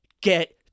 get